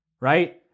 right